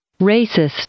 Racist